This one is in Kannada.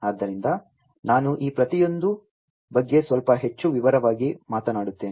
ಆದ್ದರಿಂದ ನಾನು ಈ ಪ್ರತಿಯೊಂದು ಬಗ್ಗೆ ಸ್ವಲ್ಪ ಹೆಚ್ಚು ವಿವರವಾಗಿ ಮಾತನಾಡುತ್ತೇನೆ